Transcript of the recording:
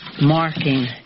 marking